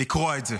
לקרוע את זה.